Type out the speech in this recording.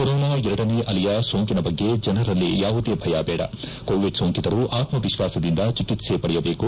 corona ಎರಡನೇ ಅಲೆಯ ಸೋಂಕಿನ ಬಗ್ಗೆ ಜನರಲ್ಲಿ ಯಾವುದೇ ಭಯ ಬೇಡ ಕೋವಿಡ್ ಸೋಂಕಿತರು ಆತ್ಮವಿಶ್ವಾಸದಿಂದ ಚಿಕಿತ್ಸೆ ಪಡೆದುಕೊಳ್ಳಬೇಕು